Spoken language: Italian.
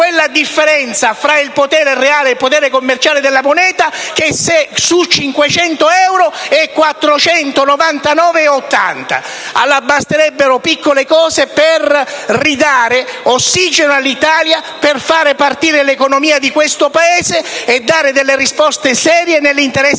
quella differenza tra potere reale e potere commerciale della moneta, che su 500 euro è pari a 499,80 euro. Basterebbero piccole cose per ridare ossigeno all'Italia, far ripartire l'economia di questo Paese e dare risposte serie nell'interesse